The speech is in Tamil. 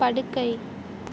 படுக்கை